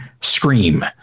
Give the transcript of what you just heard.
scream